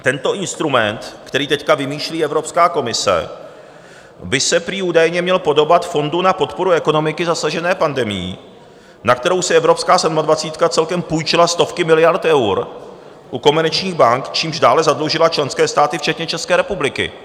Tento instrument, který teď vymýšlí Evropská komise, by se prý údajně měl podobat fondu na podporu ekonomiky zasažené pandemií, na kterou si evropská sedmadvacítka celkem půjčila stovky miliard eur u komerčních bank, čímž dále zadlužila členské státy včetně České republiky.